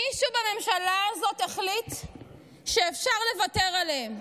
מישהו בממשלה הזאת החליט שאפשר לוותר עליהם.